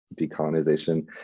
decolonization